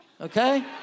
Okay